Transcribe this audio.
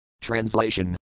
Translation